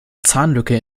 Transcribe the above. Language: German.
zahnlücke